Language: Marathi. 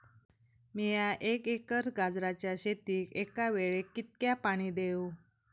मीया एक एकर गाजराच्या शेतीक एका वेळेक कितक्या पाणी देव?